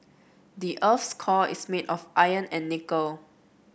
the earth's core is made of iron and nickel